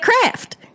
craft